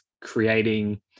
creating